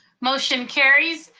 motion carries.